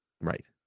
Right